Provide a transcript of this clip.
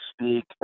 speak